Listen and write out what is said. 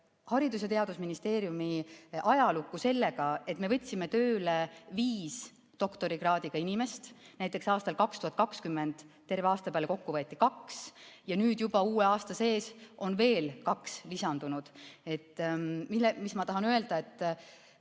Haridus- ja Teadusministeeriumi ajalukku sellega, et me võtsime tööle viis doktorikraadiga inimest, näiteks aastal 2020 terve aasta peale kokku võeti kaks, ja nüüd juba uue aasta sees on veel kaks lisandunud. Mis ma tahan öelda? Hästi